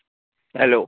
hello